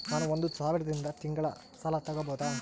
ನಾನು ಒಂದು ಸಾವಿರದಿಂದ ತಿಂಗಳ ಸಾಲ ತಗಬಹುದಾ?